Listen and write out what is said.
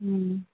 ம்